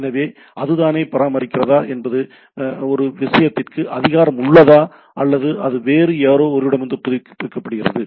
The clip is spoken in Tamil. எனவே அது தானே பராமரிக்கிறதா என்பது ஒரு விஷயத்திற்கு அதிகாரம் உள்ளதா அல்லது அது வேறு யாரோ ஒருவரிடமிருந்து புதுப்பிக்கப்படுகிறது